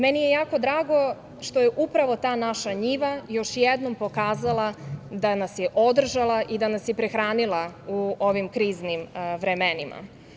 Meni je jako drago što je upravo ta naša njiva još jednom pokazala da nas je održala i da nas je prehranila u ovim kriznim vremenima.